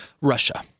Russia